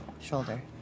shoulder